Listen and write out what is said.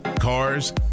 cars